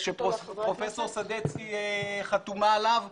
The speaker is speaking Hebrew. פרופ' סדצקי חתומה עליו,